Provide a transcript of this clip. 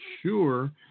sure